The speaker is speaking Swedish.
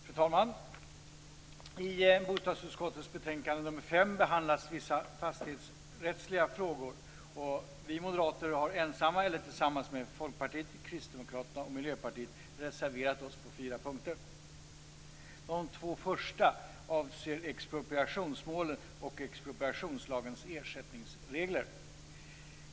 Fru talman! I bostadsutskottets betänkande nr 5 behandlas vissa fastighetsrättsliga frågor. Vi moderater har ensamma eller tillsammans med Folkpartiet, Kristdemokraterna och Miljöpartiet reserverat oss på fyra punkter. De två första avser expropriationsmålen och expropriationslagens ersättningsregler.